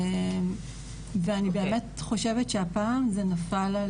ואני באמת חושבת שהפעם זה נפל,